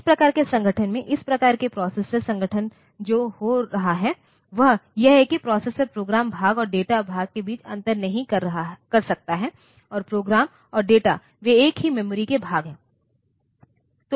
इस प्रकार के संगठन में इस प्रकार का प्रोसेसर संगठन जो हो रहा है वह यह है कि प्रोसेसर प्रोग्राम भाग और डेटा भाग के बीच अंतर नहीं कर सकता है और प्रोग्राम और डेटा वे एक ही मेमोरी के भाग है